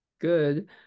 Good